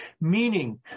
meaning